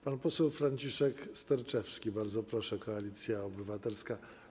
Pan poseł Franciszek Sterczewski - bardzo proszę - Koalicja Obywatelska.